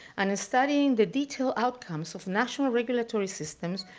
and studying the detailed outcomes of national regulatory systems,